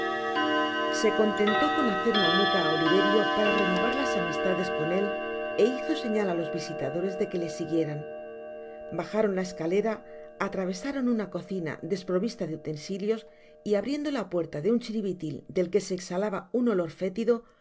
sé contentó con hacer una mueca á oliverio para renovarlas amistades con él é hizo señal á los visitadores de que le siguieran bajaron la escalera atravesaron una cocina desprovista de utensilios y abriendo la puerta de un chiribitil del que se exhalaba un olor fétido